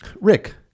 Rick